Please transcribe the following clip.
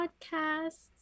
Podcasts